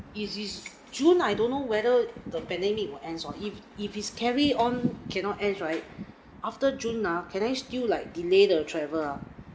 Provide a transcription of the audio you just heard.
if this june I don't know whether the pandemic will ends oh if if it's carry on cannot ends right after june ah can I still like delay the travel ah